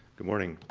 good morning.